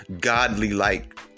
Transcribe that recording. godly-like